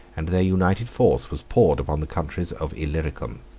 and their united force was poured upon the countries of illyricum.